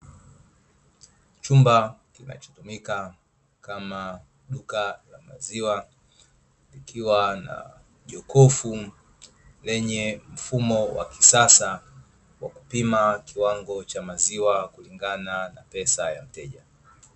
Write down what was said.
Chumba kinachotoa huduma ya maziwa kikiwa na jokofu lenye mfumo wa kisasa wa kupima kiwango cha maziwa kulingana na pesa ya mteja.